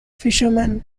fishermen